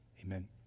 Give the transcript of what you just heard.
amen